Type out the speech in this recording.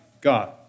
God